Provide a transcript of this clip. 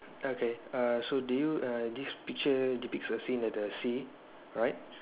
okay err so do you err this picture depicts a scene at the sea right